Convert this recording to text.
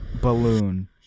Balloon